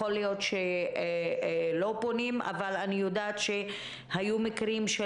יכול להיות שלא פונים אבל אני יודעת שהיו מקרים של